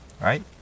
Right